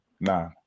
Nah